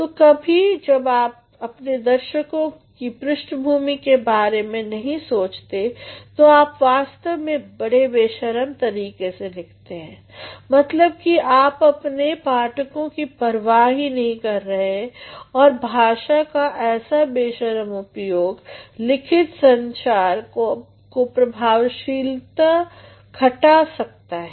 तो कभी जब आप अपने दर्शकों की पृष्ठभूमि के बारे में नही सोचते तो आप वास्तव में बड़े बेशरम तरीके से लिखते हैं मतलब कि आप अपने पाठकों की परवाह नही कर रहे और भाषा का ऐसा बेशरम उपयोग लिखित संचार की प्रभावशीलता घटा सकता है